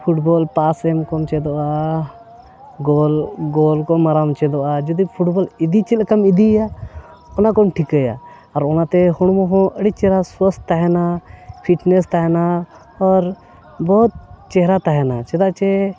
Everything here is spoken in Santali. ᱯᱷᱩᱴᱵᱚᱞ ᱯᱟᱥᱮᱢ ᱠᱚᱢ ᱪᱮᱫᱚᱜᱼᱟ ᱜᱳᱞ ᱜᱳᱞ ᱠᱚ ᱢᱟᱨᱟᱝ ᱪᱮᱫᱚᱜᱼᱟ ᱡᱩᱫᱤ ᱯᱷᱩᱴᱵᱚᱞ ᱤᱫᱤ ᱪᱮᱫ ᱞᱮᱠᱟᱢ ᱤᱫᱤᱭᱟ ᱚᱱᱟ ᱠᱚᱢ ᱴᱷᱤᱠᱟᱹᱭᱟ ᱟᱨ ᱚᱱᱟᱛᱮ ᱦᱚᱲᱢᱚ ᱦᱚᱸ ᱟᱹᱰᱤ ᱪᱮᱦᱨᱟ ᱥᱳᱣᱟᱥᱛ ᱛᱟᱦᱮᱱᱟ ᱯᱷᱤᱴᱱᱮᱥ ᱛᱟᱦᱮᱱᱟ ᱟᱨ ᱵᱚᱦᱚᱛ ᱪᱮᱦᱨᱟ ᱛᱟᱦᱮᱱᱟ ᱪᱮᱫᱟᱜ ᱪᱮ